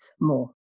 more